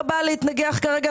אני לא באה להתנגח כרגע,